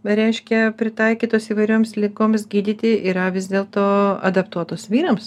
reiškia pritaikytos įvairioms ligoms gydyti yra vis dėl to adaptuotos vyrams